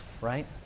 right